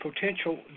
potential